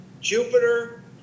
Jupiter